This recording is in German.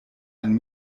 ein